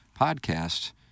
podcast